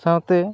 ᱥᱟᱶᱛᱮ